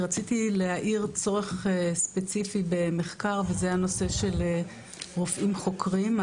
רציתי להאיר צורך ספציפי במחקר וזה הנושא של רופאים חוקרים.